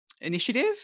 initiative